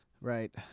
right